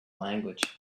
language